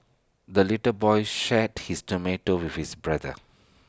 the little boy shared his tomato with his brother